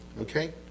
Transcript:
Okay